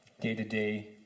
day-to-day